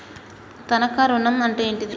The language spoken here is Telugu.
తనఖా ఋణం అంటే ఏంటిది?